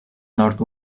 nord